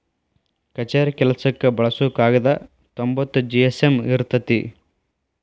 ಕಛೇರಿ ಕೆಲಸಕ್ಕ ಬಳಸು ಕಾಗದಾ ತೊಂಬತ್ತ ಜಿ.ಎಸ್.ಎಮ್ ಇರತತಿ